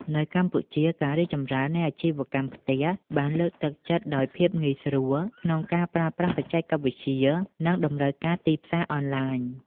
នៅកម្ពុជា ការរីកចម្រើននៃអាជីវកម្មផ្ទះបានលើកទឹកចិត្តដោយភាពងាយស្រួលក្នុងការប្រើប្រាស់បច្ចេកវិទ្យា និងតម្រូវការទីផ្សារអនឡាញ។